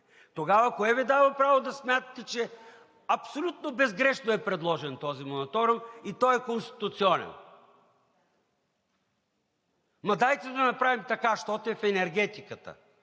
Тогава кое Ви дава право да смятате, че абсолютно безгрешно е предложен този мораториум и той е конституционен? Ама, дайте да направим така, защото е в енергетиката